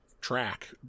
track